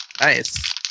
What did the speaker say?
Nice